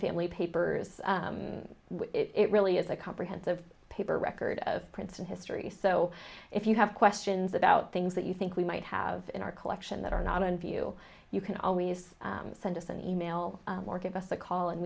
family papers it really is a comprehensive paper record of princeton history so if you have questions about things that you think we might have in our collection that are not on view you can always send us an e mail or give us a call and